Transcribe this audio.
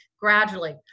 gradually